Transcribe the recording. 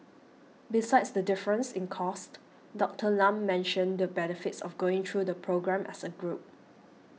besides the difference in cost Doctor Lam mentioned the benefits of going through the programme as a group